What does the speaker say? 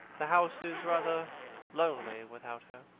the house is rather lonely without her.